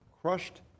Crushed